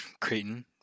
Creighton